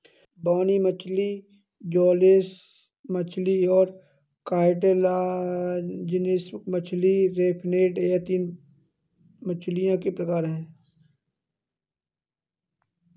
बोनी मछली जौलेस मछली और कार्टिलाजिनस मछली रे फिनेड यह तीन मछलियों के प्रकार है